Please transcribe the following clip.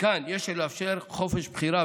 מכאן שיש לאפשר חופש בחירה,